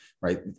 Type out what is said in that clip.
right